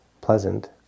pleasant